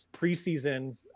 preseason